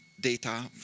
data